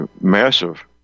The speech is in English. massive